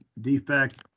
defect